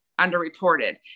underreported